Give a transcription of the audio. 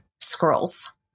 scrolls